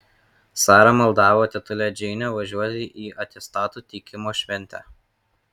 sara maldavo tetulę džeinę važiuoti į atestatų teikimo šventę